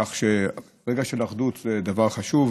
כך שרגע של אחדות זה דבר חשוב.